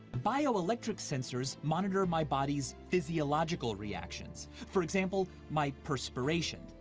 bioelectric sensors monitor my body's physiological reactions. for example, my perspiration,